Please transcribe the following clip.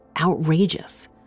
outrageous